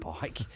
bike